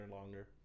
longer